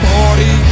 Party